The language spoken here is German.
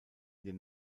den